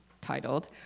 titled